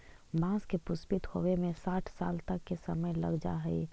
बाँस के पुष्पित होवे में साठ साल तक के समय लग जा हइ